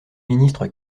ministre